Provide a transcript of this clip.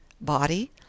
body